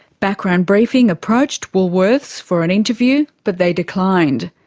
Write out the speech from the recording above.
background briefing approached woolworths for an interview, but they declined.